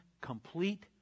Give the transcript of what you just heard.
complete